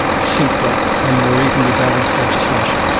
simpler and more evenly-balanced legislation.